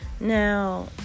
Now